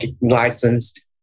licensed